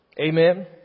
Amen